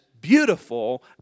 beautiful